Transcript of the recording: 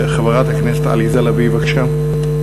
חברת הכנסת עליזה לביא, בבקשה.